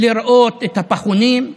לראות את הפחונים,